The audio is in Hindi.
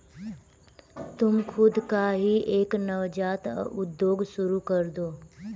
तुम खुद का ही एक नवजात उद्योग शुरू करदो